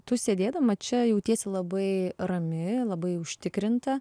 tu sėdėdama čia jautiesi labai rami labai užtikrinta